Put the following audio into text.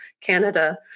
Canada